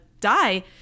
die